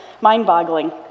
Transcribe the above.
mind-boggling